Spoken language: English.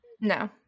No